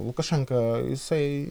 lukašenka jisai